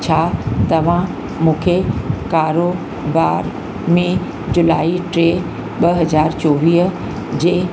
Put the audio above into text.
छा तव्हां मुखे कारोबार में जुलाई टे ॿ हज़ार चोवीह जे